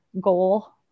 goal